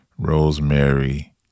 Rosemary